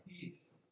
peace